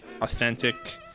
authentic